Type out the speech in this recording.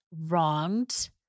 wronged